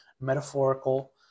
metaphorical